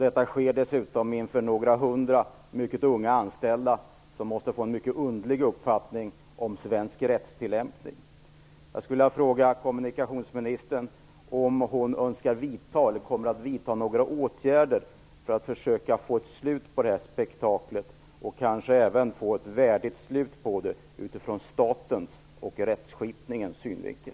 Detta sker inför några hundra mycket unga anställda, som måste få en mycket underlig uppfattning om svensk rättstillämpning.